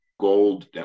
gold